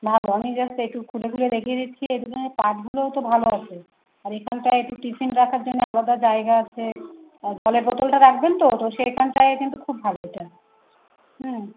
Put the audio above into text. ভালো আমি জাস্ট একটু খুলে খুলে দেখিয়ে দিচ্ছি এটুকু এ পার্টগুলোও তো ভালো আছে আর এইখানটায় একটু টিফিন রাখার জন্য আলাদা জায়গা আছে আর জলের বোতলটা রাখবেন তো তো সেখানটায় কিন্তু খুব ভালো ওটা হুম